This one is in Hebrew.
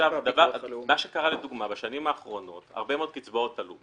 מה שקרה בשנים האחרונות זה שהרבה מאוד קצבאות עלו,